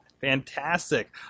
fantastic